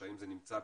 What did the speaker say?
האם זה נמצא בכלל?